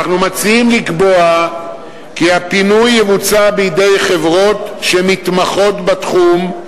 אנחנו מציעים לקבוע כי הפינוי יבוצע בידי חברות שמתמחות בתחום,